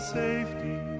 safety